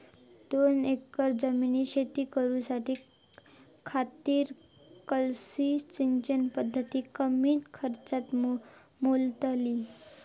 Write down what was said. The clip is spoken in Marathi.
दोन एकर जमिनीत शेती करूच्या खातीर कसली सिंचन पध्दत कमी खर्चात मेलतली?